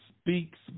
speaks